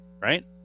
right